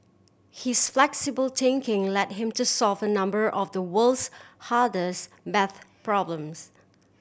his flexible thinking led him to solve a number of the world's hardest maths problems